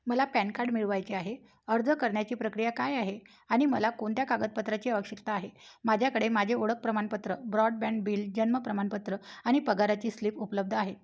मला PAN card मिळवायचे आहे अर्ज करण्याची प्रक्रिया काय आहे आणि मला कोणत्या कागदपत्राची आवश्यकता आहे माझ्याकडे माझे ओळख प्रमाणपत्र ब्रॉडबँड बिल जन्म प्रमाणपत्र आणि पगाराची स्लिप उपलब्ध आहेत